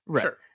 sure